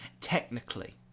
Technically